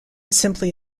simply